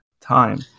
time